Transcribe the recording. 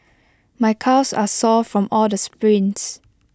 my calves are sore from all the sprints